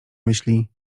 myśli